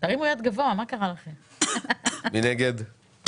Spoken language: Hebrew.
מי נגד?